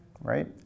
right